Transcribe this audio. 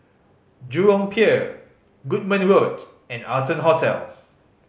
Jurong Pier Goodman Road and Arton Hotel